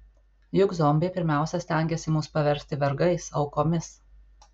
juk zombiai pirmiausia stengiasi mus paversti vergais aukomis